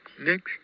Next